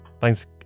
thanks